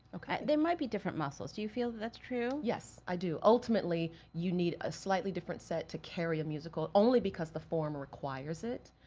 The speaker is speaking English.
there might be different muscles. do you feel that's true? yes, i do. ultimately, you need a slightly different set to carry a musical, only because that former requires it,